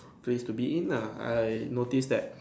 place to be in nah I notice that